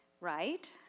right